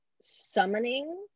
summoning